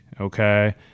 okay